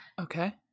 Okay